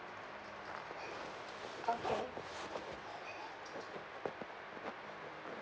okay